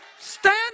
Stand